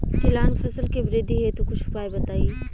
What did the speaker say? तिलहन फसल के वृद्धि हेतु कुछ उपाय बताई?